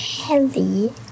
heavy